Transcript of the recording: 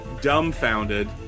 dumbfounded